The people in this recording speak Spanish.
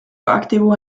activo